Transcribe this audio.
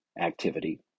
activity